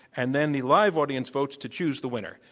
and then the live audience votes to choose the winner.